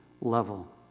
level